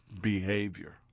behavior